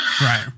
Right